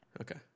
Okay